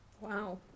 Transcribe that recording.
Wow